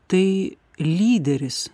tai lyderis